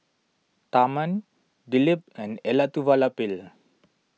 Tharman Dilip and Elattuvalapil